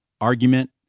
argument